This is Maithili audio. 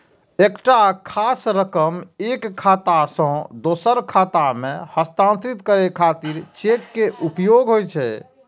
एकटा खास रकम एक खाता सं दोसर खाता मे हस्तांतरित करै खातिर चेक के उपयोग होइ छै